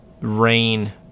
rain